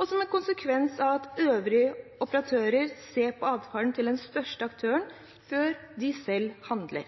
og som en konsekvens av at øvrige operatører ser på atferden til den største aktøren før de selv handler.